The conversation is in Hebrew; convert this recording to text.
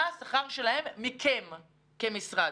מה השכר שלהם מכם כמשרד?